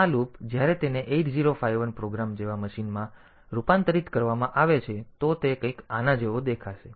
તેથી આ લૂપ જ્યારે તેને 8051 પ્રોગ્રામ જેવા મશીનમાં પ્રોગ્રામમાં રૂપાંતરિત કરવામાં આવે છે તો તે કંઈક આના જેવો દેખાશે